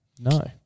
No